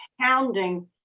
pounding